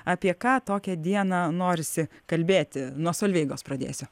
apie ką tokią dieną norisi kalbėti nuo solveigos pradėsiu